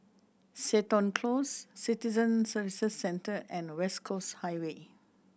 Seton Close Citizen Services Centre and West Coast Highway